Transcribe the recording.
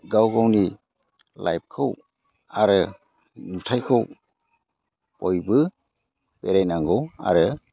गाव गावनि लाइफखौ आरो नुथायखौ बयबो बेरायनांगौ आरो